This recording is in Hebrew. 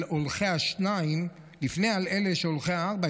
ההולכים על שניים לפני אלה שהולכים על ארבע.